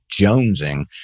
jonesing